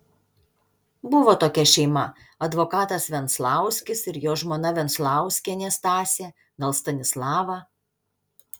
buvo tokia šeima advokatas venclauskis ir jo žmona venclauskienė stasė gal stanislava